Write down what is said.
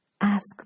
Ask